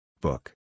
Book